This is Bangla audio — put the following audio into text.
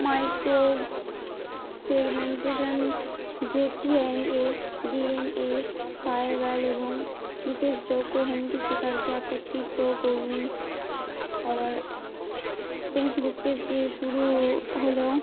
মাইক্রো সেগমেন্টেশান যে টিএনএ ডিএনএস ফায়ার ওয়াল এবং বিশেষ যোগ্য হোম একত্রিত করুন আবার পেন্সিল স্কেচ দিয়ে শুরু হলেও